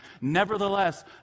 Nevertheless